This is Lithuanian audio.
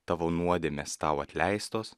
tavo nuodėmės tau atleistos